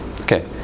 okay